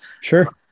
Sure